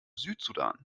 südsudan